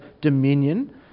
dominion